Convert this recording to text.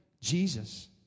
Jesus